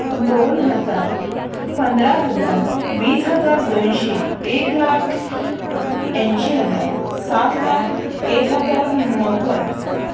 दोन हजार पंधरा हजार वीस हजार दोनशे एक लाख ऐंशी हजार सात लाख एक हजार नव्वद